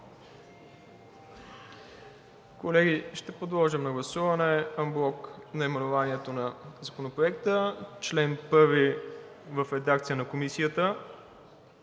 Колеги, ще подложа на гласуване анблок наименованието на Законопроекта, чл. 1 в редакция на Комисията